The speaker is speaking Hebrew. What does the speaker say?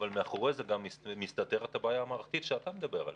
אבל מאחורי זה גם מסתתרת הבעיה המערכתית שאתה מדבר עליה.